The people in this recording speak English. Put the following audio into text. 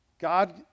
God